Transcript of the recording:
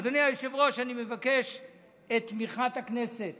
אדוני היושב-ראש, אני מבקש את תמיכת הכנסת